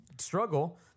struggle